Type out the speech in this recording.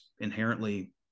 inherently